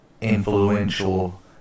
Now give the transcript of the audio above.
influential